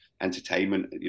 entertainment